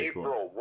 April